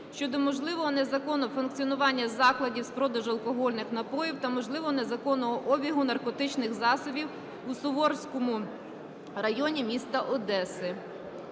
щодо можливого незаконного функціонування закладів з продажу алкогольних напоїв та можливого незаконного обігу наркотичних засобів у Суворовському районі міста Одеси.